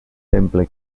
temple